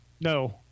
No